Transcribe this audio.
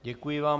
Děkuji vám.